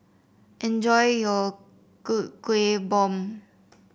enjoy your Kuih Bom